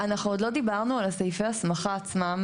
אנחנו עוד לא דיברנו על סעיפי ההסמכה עצמם